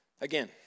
again